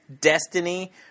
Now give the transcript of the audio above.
Destiny